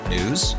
News